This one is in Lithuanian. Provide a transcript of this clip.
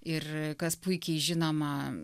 ir kas puikiai žinoma